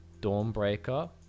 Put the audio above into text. Dawnbreaker